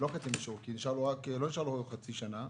לא חצי, כי לא נשארה לו חצי שנה.